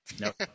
Nope